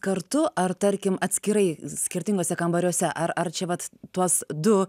kartu ar tarkim atskirai skirtinguose kambariuose ar ar čia vat tuos du